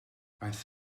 aeth